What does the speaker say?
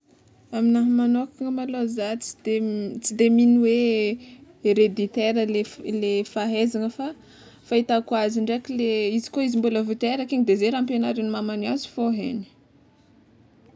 Aminahy magnokana malôha, zah tsy de tsy de mino hoe hereditaire le le fahaizana fa fahitako azy ndraiky le izy koa izy mbola vao teraka igny de ze raha ampianarin'ny mamany azy fôgna haigny.